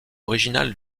originale